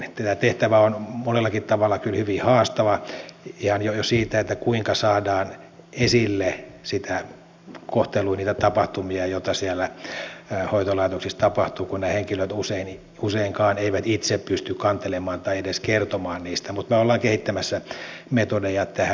tämä tehtävä on monellakin tavalla kyllä hyvin haastava jo sen suhteen kuinka saadaan esille sitä kohtelua niitä tapahtumia joita siellä hoitolaitoksissa tapahtuu kun ne henkilöt useinkaan eivät itse pysty kantelemaan tai edes kertomaan niistä mutta me olemme kehittämässä metodeja tähän